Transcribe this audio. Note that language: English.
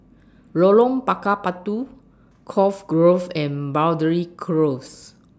Lorong Bakar Batu Cove Grove and Boundary Close